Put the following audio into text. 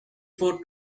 four